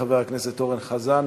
חבר הכנסת אורן חזן.